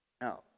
Now